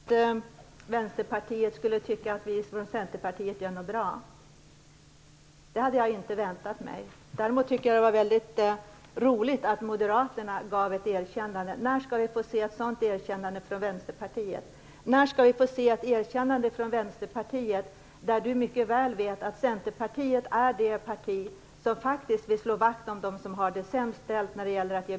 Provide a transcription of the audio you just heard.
Fru talman! Jag hade inte väntat mig att Vänsterpartiet skulle tycka att vi från Centerpartiet gör något som är bra. Däremot tycker jag att det var roligt att få ett erkännande från moderaterna. När skall vi från Vänsterpartiet få ett erkännande av att Centerpartiet är ett parti som när det gäller att ge bidrag faktiskt vill slå vakt om dem som har det sämst ställt?